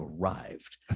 arrived